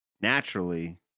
naturally